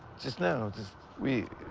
just now. just we.